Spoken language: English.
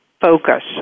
focus